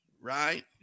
right